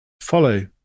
follow